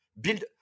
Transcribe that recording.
build